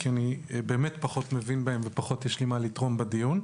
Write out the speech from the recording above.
אלא כי אני באמת פחות מבין בהם ופחות יש לי מה לתרום לדיון.